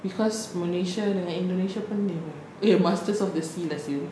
because malaysia dengan indonesia pun neighbour eh masters of the sea lah sia